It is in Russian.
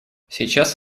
сейчас